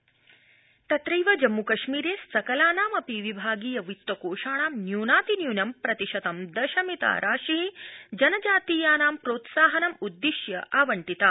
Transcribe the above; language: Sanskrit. कल्याणकारि योजना तत्रैव जम्मूकश्मीरे सकलानामपि विभागीय वित्तकोषाणां न्यूनातिन्यूनं प्रतिशतं दशमिता राशि जनजातीयानां प्रोत्साहनमुद्दिश्य आवण्टिता